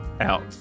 out